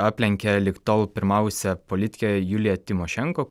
aplenkė lig tol pirmavusią politikę juliją tymošenko